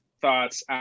thoughts